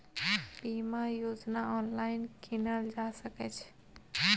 बीमा योजना ऑनलाइन कीनल जा सकै छै?